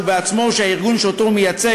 שהוא בעצמו או שהארגון שאותו הוא מייצג,